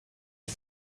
ice